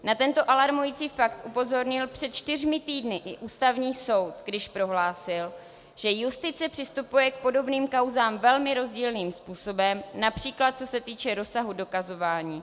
Na tento alarmující fakt upozornil před čtyřmi týdny i Ústavní soud, když prohlásil, že justice přistupuje k podobným kauzám velmi rozdílným způsobem, například co se týče rozsahu dokazování.